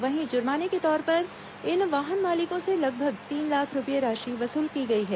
वहीं जुर्माने के तौर पर इन वाहन मालिकों से लगभग तीन लाख रूपए राशि वसूल की गई है